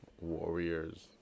Warriors